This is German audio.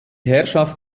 herrschaft